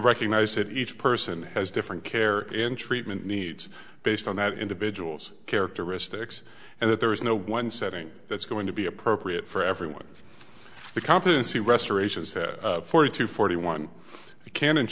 recognize that each person has different care and treatment needs based on that individual's characteristics and that there is no one setting that's going to be appropriate for everyone the competency restoration said forty to forty one can and